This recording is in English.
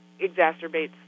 exacerbates